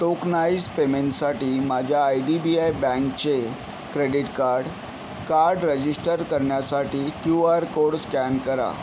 tokenise पेमेनसाठी माझ्या I D B I बँकचे क्रेडिट कार्ड कार्ड रजिस्टर करण्यासाठी क्यू आर कोड स्कॅन करा